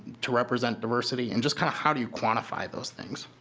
to represent diversity and just kind of how do you quantify those things.